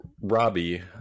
Robbie